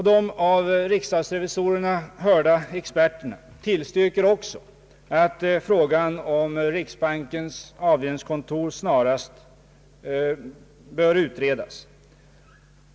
De av riksdagsrevisorerna hörda experterna tillstyrker också att frågan om riksbankens avdelningskontor snarast utredes.